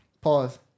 pause